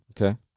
Okay